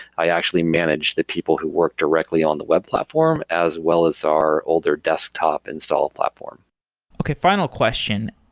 i actually manage the people who work directly on the web platform, as well as our older desktop install platform okay, final question.